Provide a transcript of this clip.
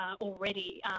already